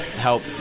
help